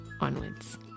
onwards